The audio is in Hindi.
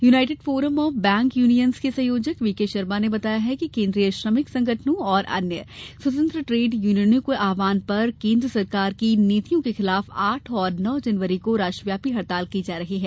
United forum of bank unions के संयोजक वीके शर्मा ने बताया कि केंद्रीय श्रमिक संगठनों और अन्य स्वतंत्र ट्रेड यूनियनों के आह्वान पर केंद्र सरकार की नीतियों के खिलाफ आठ और नौ जनवरी को राष्ट्रव्यापी हड़ताल की जा रही है